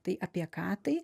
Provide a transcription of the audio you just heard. tai apie ką tai